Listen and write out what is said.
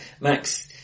Max